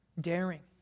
daring